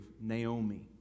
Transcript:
Naomi